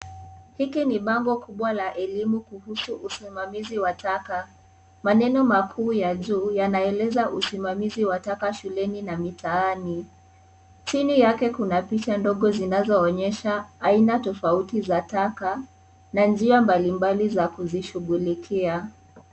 Hiki ni bango kubwa la elimu kuhusu usimamazi wa taka. Maneno makuu ya juu, yanaeleza usimamizi wa taka shuleni na mitaani. Chini yake kuna picha ndogo zinazoonyesha aina tofauti za taka, na njia mbali mbali za kuzishughulikia.